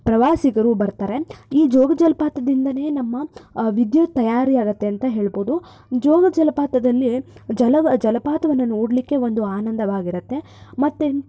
ಪ್ರವಾಸಿಗರು ಬರ್ತಾರೆ ಈ ಜೋಗ ಜಲಪಾತದಿಂದಾನೇ ನಮ್ಮ ವಿದ್ಯುತ್ ತಯಾರಿ ಆಗುತ್ತೆ ಅಂತ ಹೇಳ್ಬೋದು ಜೋಗ ಜಲಪಾತದಲ್ಲಿ ಜಲವ ಜಲಪಾತವನ್ನು ನೋಡಲಿಕ್ಕೆ ಒಂದು ಆನಂದವಾಗಿರತ್ತೆ ಮತ್ತು